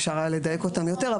אפשר היה לדייק אותם יותר,